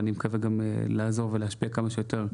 ואני מקווה לעזור ולהשפיע כמה שיותר,